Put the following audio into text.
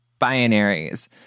binaries